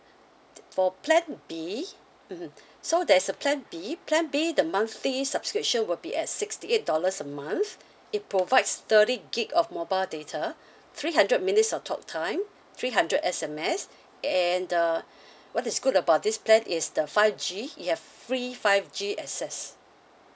for plan B mmhmm so there's a plan B plan B the monthly subscription will be at sixty eight dollars a month it provides thirty gig of mobile data three hundred minutes of talk time three hundred S_M_S and uh what is good about this plan is the five G it has free five G access